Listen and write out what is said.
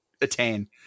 attain